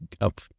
up